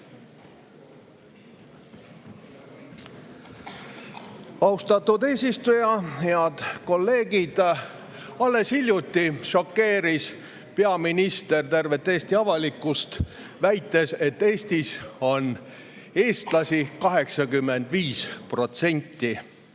Austatud eesistuja! Head kolleegid! Alles hiljuti šokeeris peaminister tervet Eesti avalikkust, väites, et Eestis on eestlasi 85%.